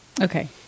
Okay